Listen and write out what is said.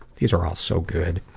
these are all so good.